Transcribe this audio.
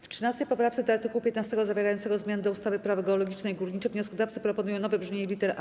W 13. poprawce do art. 15 zawierającego zmiany w ustawie - Prawo geologiczne i górnicze wnioskodawcy proponują nowe brzmienia lit.